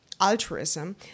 altruism